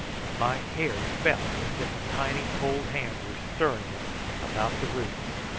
and my hair felt as if a tiny cold hand were stirring it about the roots,